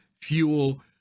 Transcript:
fuel